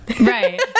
right